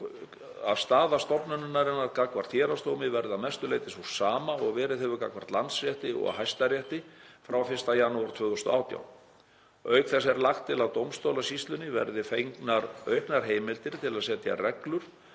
að staða stofnunarinnar gagnvart Héraðsdómi verði að mestu leyti sú sama og verið hefur gagnvart Landsrétti og Hæstarétti frá 1. janúar 2018. Auk þess er lagt til að dómstólasýslunni verði fengnar auknar heimildir til að setja reglur,